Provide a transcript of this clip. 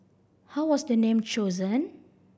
how was the name chosen